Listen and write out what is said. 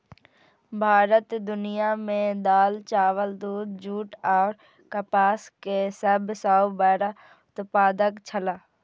भारत दुनिया में दाल, चावल, दूध, जूट और कपास के सब सॉ बड़ा उत्पादक छला